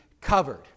covered